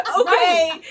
Okay